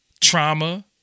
Trauma